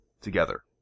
together